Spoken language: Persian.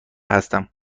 هستم